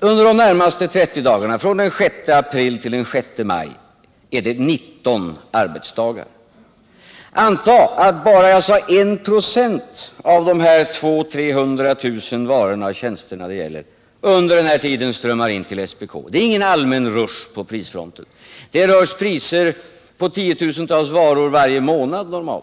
Under de närmaste 30 dagarna, dvs. från den 6 april till den 6 maj, är det 19 arbetsdagar. Låt oss anta att anmälningar för bara 1 96 av de 200 000-300 000 varor och tjänster som det här gäller under denna tid strömmar in till regeringen — det skulle inte innebära någon allmän rush på prisfronten, för normalt rör det sig om 10000-tals varor varje månad.